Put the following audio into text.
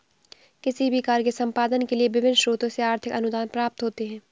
किसी भी कार्य के संपादन के लिए विभिन्न स्रोतों से आर्थिक अनुदान प्राप्त होते हैं